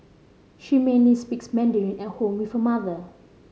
she mainly speaks Mandarin at home with her mother